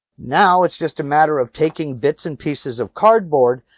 now it's just a matter of taking bits and pieces of cardboard.